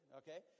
okay